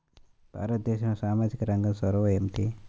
భారతదేశంలో సామాజిక రంగ చొరవ ఏమిటి?